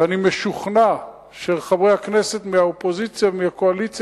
ואני משוכנע שחברי הכנסת מהאופוזיציה ומהקואליציה